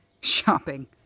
Shopping